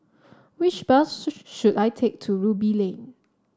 which bus show should I take to Ruby Lane